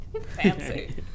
fancy